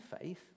faith